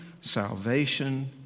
salvation